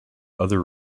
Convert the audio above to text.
other